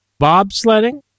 bobsledding